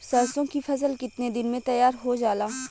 सरसों की फसल कितने दिन में तैयार हो जाला?